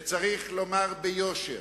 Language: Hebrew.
וצריך לומר ביושר,